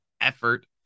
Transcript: effort